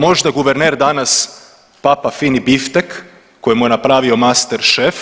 Možda guverner danas papa fini biftek koji mu je napravio masterchef,